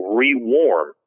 rewarm